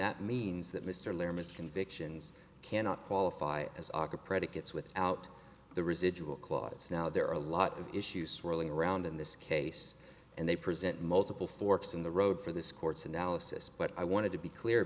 that means that mr lim is convictions cannot qualify as aka predicates without the residual clause now there are a lot of issues swirling around in this case and they present multiple forks in the road for this court's analysis but i wanted to be clear